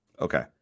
okay